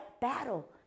battle